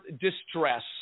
distress